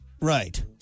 right